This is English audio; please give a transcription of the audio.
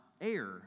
air